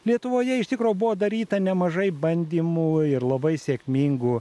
lietuvoje iš tikro buvo daryta nemažai bandymų ir labai sėkmingų